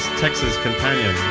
tex's companion.